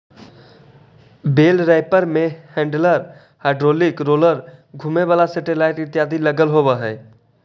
बेल wrapper में handler, hydraulic roller, घुमें वाला सेटेलाइट इत्यादि लगल होवऽ हई